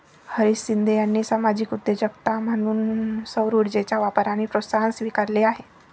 हरीश शिंदे यांनी सामाजिक उद्योजकता म्हणून सौरऊर्जेचा वापर आणि प्रोत्साहन स्वीकारले आहे